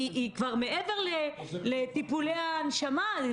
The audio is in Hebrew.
היא כבר מעבר לטיפולי ההנשמה.